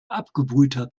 abgebrühter